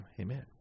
Amen